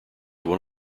one